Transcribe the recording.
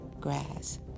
grass